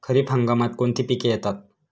खरीप हंगामात कोणती पिके येतात?